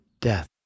death